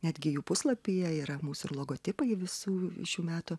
netgi jų puslapyje yra mūsų ir logotipai visų šių metų